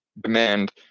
demand